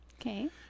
Okay